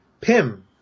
Pim